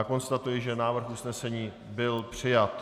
Konstatuji, že návrh usnesení byl přijat.